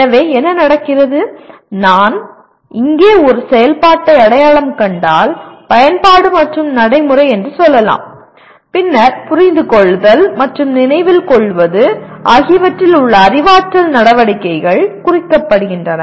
எனவே என்ன நடக்கிறது நான் இங்கே ஒரு செயல்பாட்டை அடையாளம் கண்டால் பயன்பாடு மற்றும் நடைமுறை என்று சொல்லலாம் பின்னர் புரிந்துகொள்ளுதல் மற்றும் நினைவில் கொள்வது ஆகியவற்றில் உள்ள அறிவாற்றல் நடவடிக்கைகள் குறிக்கப்படுகின்றன